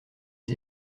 les